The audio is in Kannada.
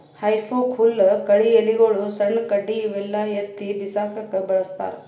ಹೆಫೋಕ್ ಹುಲ್ಲ್ ಕಳಿ ಎಲಿಗೊಳು ಸಣ್ಣ್ ಕಡ್ಡಿ ಇವೆಲ್ಲಾ ಎತ್ತಿ ಬಿಸಾಕಕ್ಕ್ ಬಳಸ್ತಾರ್